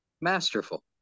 masterful